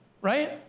Right